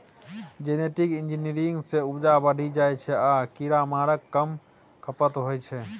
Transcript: genetic engineering सँ उपजा बढ़ि जाइ छै आ कीरामारक कम खपत होइ छै